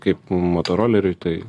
kaip motoroleriui tai